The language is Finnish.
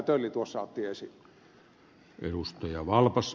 tölli tuossa otti esiin